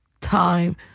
time